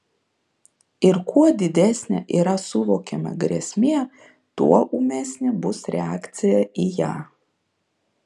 ir kuo didesnė yra suvokiama grėsmė tuo ūmesnė bus reakcija į ją